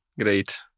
Great